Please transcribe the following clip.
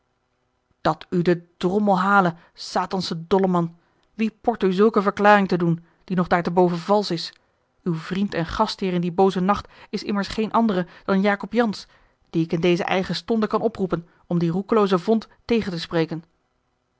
dat u de drommel hale satansche dolleman wie port u zulke verklaring te doen die nog daarteboven valsch is uw vriend en gastheer in dien boozen nacht is immers geen andere dan jacob jansz dien ik in dezen eigen stonde kan oproepen om dien roekeloozen vond tegen te spreken